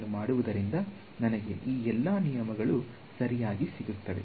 ಅದನ್ನು ಮಾಡುವುದರಿಂದ ನನಗೆ ಈ ಎಲ್ಲಾ ನಿಯಮಗಳು ಸರಿಯಾಗಿ ಸಿಗುತ್ತವೆ